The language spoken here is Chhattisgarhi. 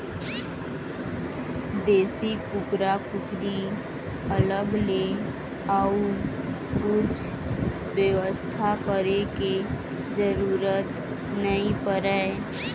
देसी कुकरा कुकरी अलग ले अउ कछु बेवस्था करे के जरूरत नइ परय